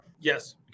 Yes